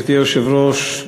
גברתי היושבת-ראש,